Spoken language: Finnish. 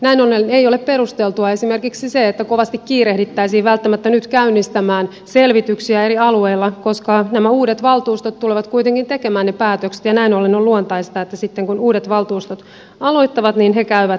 näin ollen ei ole perusteltua esimerkiksi se että kovasti kiirehdittäisiin välttämättä nyt käynnistämään selvityksiä eri alueilla koska nämä uudet valtuustot tulevat kuitenkin tekemään ne päätökset ja näin ollen on luontaista että sitten kun uudet valtuustot aloittavat niin he käyvät selvitystyöhön